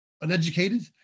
Uneducated